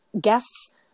guest's